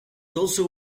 also